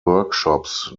workshops